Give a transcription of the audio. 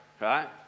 right